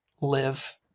live